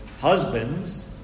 husbands